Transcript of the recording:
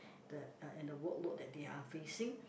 that uh and the workload that they are facing